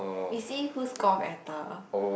we see who score better